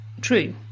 true